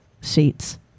seats